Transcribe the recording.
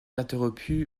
interrompu